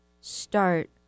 start